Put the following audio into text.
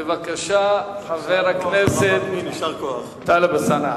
בבקשה, חבר הכנסת טלב אלסאנע.